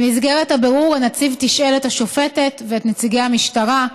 במסגרת הבירור הנציב תשאל את השופטת ואת נציגי המשטרה,